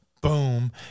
boom